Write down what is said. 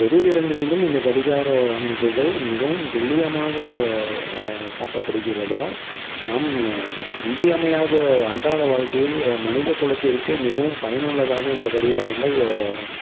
பொது இடங்களிலும் இந்த கடிகார அமைப்புகள் மிகவும் துல்லியமாக காட்டப்படுகிறதால் நாம் இன்றியமையாத அன்றாட வாழ்க்கையில் மனித குலத்திற்கே மிகவும் பயனுள்ளதாக இந்த கடிகாரங்கள்